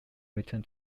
return